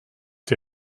die